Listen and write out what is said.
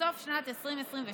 בסוף שנת 2022,